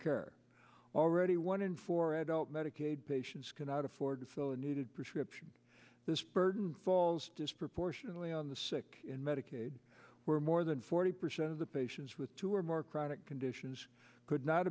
care already one in four adult medicaid patients cannot afford to fill a needed prescription this burden falls disproportionately on the sick in medicaid where more than forty percent of the patients with two or more chronic conditions could not